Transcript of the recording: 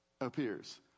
appears